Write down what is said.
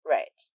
Right